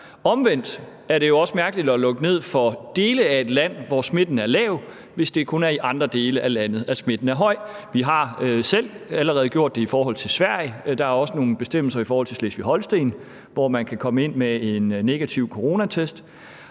Omvendt er det jo også mærkeligt at lukke ned for dele af et land, hvor smitten er lav, hvis det kun er i andre dele af landet, at smitten er høj. Vi har allerede selv gjort det i forhold til Sverige. Der er også nogle bestemmelser i forhold til Slesvig-Holsten, hvor man kan komme ind med en negativ coronatest.